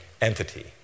entity